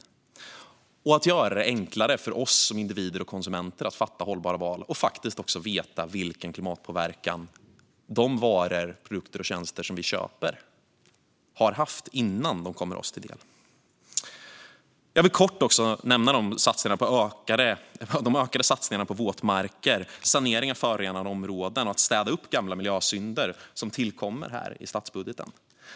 Och det är att göra det enklare för oss som individer och konsumenter att göra hållbara val och veta vilken klimatpåverkan de varor, produkter och tjänster som vi köper har haft innan de kommer oss till del. Jag vill också kort nämna de ökade satsningar på våtmarker och på att sanera förorenade områden och städa upp gamla miljösynder som tillkommer i statsbudgeten.